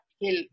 Hill